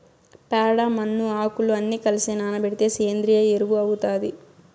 ప్యాడ, మన్ను, ఆకులు అన్ని కలసి నానబెడితే సేంద్రియ ఎరువు అవుతాది